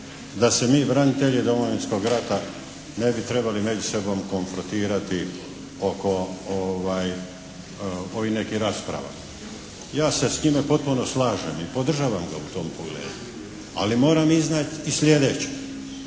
da se mi branitelji Domovinskog rata ne bi trebali među sobom konfrontirati oko ovih nekih rasprava. Ja se s njime potpuno slažem i podržavam ga u tom pogledu, ali moram iznijeti i slijedeće.